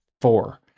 Four